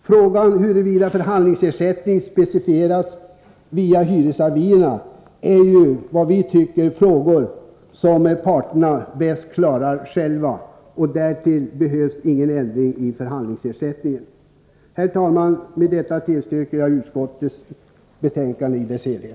Frågan huruvida förhandlingsersättningen specificeras via hyresavierna är ju enligt vår mening något som parterna själva bäst klarar av, och därtill behövs ingen ändring av förhandlingsersättningen. Herr talman! Med detta tillstyrker jag utskottets hemställan i dess helhet.